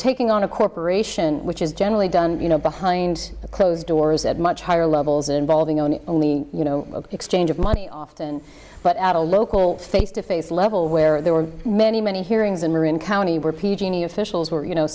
taking on a corporation which is generally done you know behind closed doors at much higher levels involving only only you know exchange of money often but at a local face to face level where there were many many hearings in marin county where p g and e officials were you know